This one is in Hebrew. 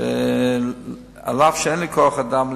אף שאין לי כוח-אדם,